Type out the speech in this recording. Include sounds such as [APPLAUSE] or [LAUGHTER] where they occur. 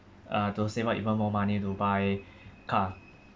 uh to save up even more money to buy [BREATH] car